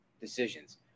decisions